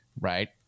right